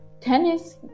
tennis